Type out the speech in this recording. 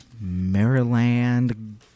Maryland